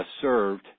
served